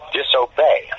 disobey